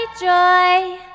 joy